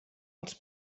els